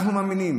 אנחנו מאמינים